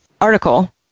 article